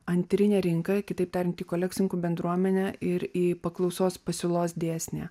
antrinę rinką kitaip tariant į kolekcininkų bendruomenę ir į paklausos pasiūlos dėsnį